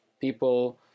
people